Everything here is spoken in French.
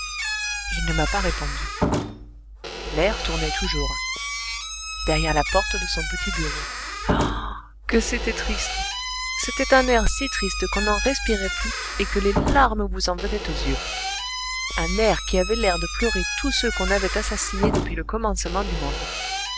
il ne m'a pas répondu l'air tournait toujours derrière la porte de son petit bureau ah que c'était triste c'était un air si triste qu'on n'en respirait plus et que les larmes vous en venaient aux yeux un air qui avait l'air de pleurer tous ceux qu'on avait assassinés depuis le commencement du monde